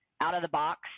out-of-the-box